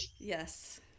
yes